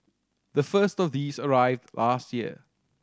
the first of these arrived last year